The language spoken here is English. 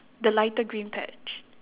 the lighter green patch